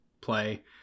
play